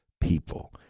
people